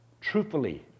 truthfully